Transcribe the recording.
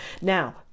Now